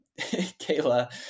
Kayla